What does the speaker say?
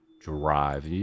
drive